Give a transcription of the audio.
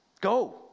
Go